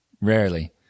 rarely